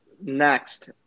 next